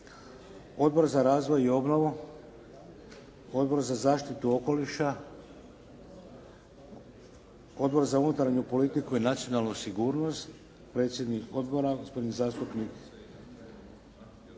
Odbor za razvoj i obnovu? Odbor za zaštitu okoliša? Odbor za unutarnju politiku i nacionalnu sigurnost? Predsjednik Odbora gospodin zastupnik